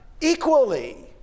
Equally